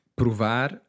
provar